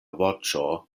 voĉo